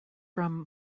from